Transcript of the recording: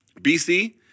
BC